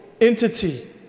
entity